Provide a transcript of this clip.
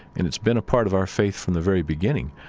and it's been a part of our faith from the very beginning.